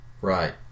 Right